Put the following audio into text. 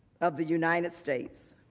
of the united states.